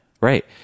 Right